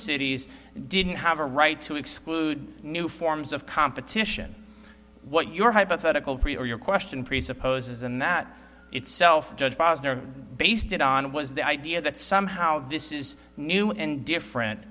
cities didn't have a right to exclude new forms of competition what your hypothetical pre or your question presupposes and that itself judge posner based it on was the idea that somehow this is new and different